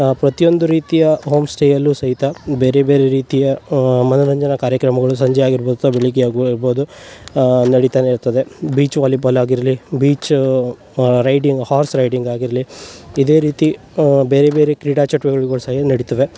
ಪ್ರತಿಯೊಂದು ರೀತಿಯ ಹೋಮ್ಸ್ಟೇಯಲ್ಲು ಸಹಿತ ಬೇರೆ ಬೇರೆ ರೀತಿಯ ಮನೋರಂಜನ ಕಾರ್ಯಕ್ರಮಗಳು ಸಂಜೆ ಆಗಿರ್ಬೋದು ಅಥ್ವ ಬೆಳಗ್ಗೆ ಆಗಿನು ಇರ್ಬೋದು ನೆಡಿತಾನೆ ಇರ್ತದೆ ಬೀಚ್ ವಾಲಿಬಾಲ್ ಆಗಿರಲಿ ಬೀಚ್ ರೈಡಿಂಗ್ ಹಾರ್ಸ್ ರೈಡಿಂಗ್ ಆಗಿರಲಿ ಇದೇ ರೀತಿ ಬೇರೆ ಬೇರೆ ಕ್ರೀಡಾ ಚಟುವಟಿಕೆಗಳ ಸಹ ನಡಿತಾವೆ